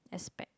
aspect